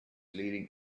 leading